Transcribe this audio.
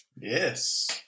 Yes